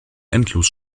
endlos